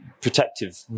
protective